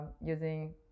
using